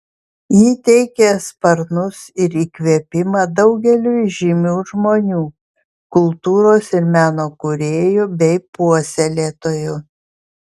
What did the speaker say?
ji teikė sparnus ir įkvėpimą daugeliui žymių žmonių kultūros ir meno kūrėjų bei puoselėtojų